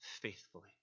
faithfully